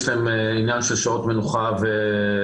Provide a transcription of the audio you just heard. יש להם עניין של שעות מנוחה ושינה.